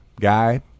guy